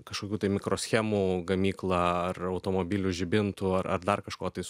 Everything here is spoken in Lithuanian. kažkokių mikroschemų gamyklą ar automobilių žibintų ar ar dar kažko tais